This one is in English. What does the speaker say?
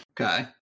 Okay